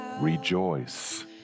rejoice